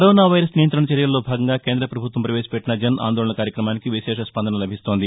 corona virus నియంతణ చర్యల్లో భాగంగా కేంద్రపభుత్వం వవేశపెట్టిన జన్ ఆందోళన్ కార్యక్రమానికి విశేష స్పందన లభిస్తోంది